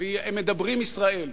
והם מדברים ישראל,